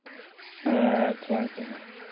ᱦᱮᱸ ᱟᱪᱪᱷᱟ ᱟᱪᱪᱷᱟ